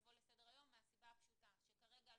תבוא לסדר היום מהסיבה הפשוטה שכרגע על